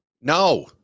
no